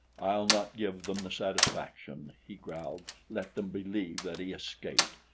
i'll not give them the satisfaction, he growled. let them believe that he escaped.